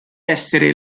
essere